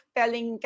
telling